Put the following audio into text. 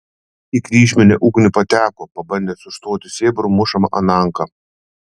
į kryžminę ugnį pateko pabandęs užstoti sėbrų mušamą ananką